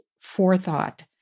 forethought